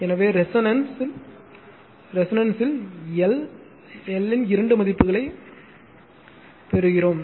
எனவே ரெசோனன்ஸ் ல் எல் இன் இரண்டு மதிப்புகளைப் பெறுகிறோம்